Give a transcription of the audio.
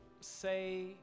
say